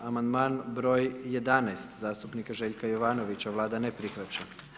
Amandman broj 11. zastupnika Željka Jovanovića, Vlada ne prihvaća.